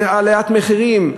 עליית מחירים,